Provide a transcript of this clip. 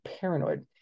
paranoid